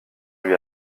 lui